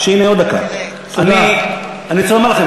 אני רוצה לומר לכם,